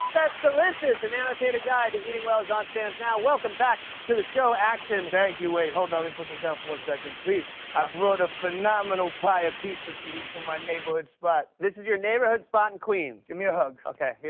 that's delicious an annotated guide to eating well is on stands now. welcome back to the show, action. thank you. wait. hold on. let me put this down for one second. please. i brought a phenomenal pie of pizza for you from my neighborhood spot. this is your neighborhood spot in queens? give me a hug. okay,